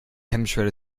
hemmschwelle